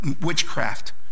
witchcraft